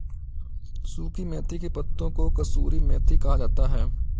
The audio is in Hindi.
सुखी मेथी के पत्तों को कसूरी मेथी कहा जाता है